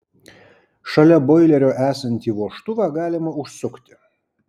šalia boilerio esantį vožtuvą galima užsukti